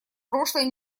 прошлой